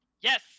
yes